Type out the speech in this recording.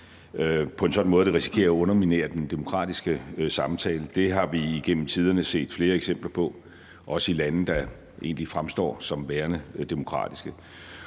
på en sådan måde, at det risikerer at underminere den demokratiske samtale. Det har vi igennem tiderne set flere eksempler på, også i lande, der egentlig fremstår som værende demokratiske.